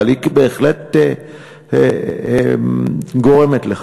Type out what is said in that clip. אבל היא בהחלט גורמת לכך,